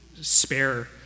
spare